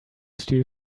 steal